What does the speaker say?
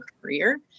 career